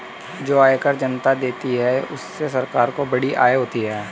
जो आयकर जनता देती है उससे सरकार को बड़ी आय होती है